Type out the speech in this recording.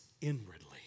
inwardly